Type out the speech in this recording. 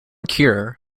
cure